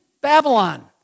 Babylon